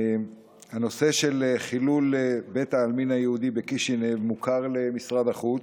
הנושא של חילול בית העלמין היהודי בקישינב מוכר למשרד החוץ.